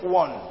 one